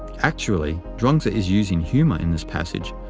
actually, chuang-tzu is using humor in this passage,